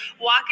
walk